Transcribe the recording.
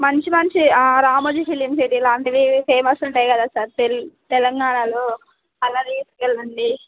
మంచి మంచి Ramoji film city లాంటివి ఫేమస్ ఉంటాయి కదా సార్ తెల్ తెలంగాణాలో అలా తీసుకు వెళ్ళండి